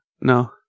No